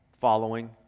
following